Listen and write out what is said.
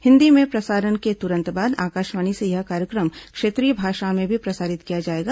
हिन्दी में प्रसारण के तुरंत बाद आकाशवाणी से यह कार्यक्रम क्षेत्रीय भाषाओं में भी प्रसारित किया जाएगा